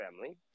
family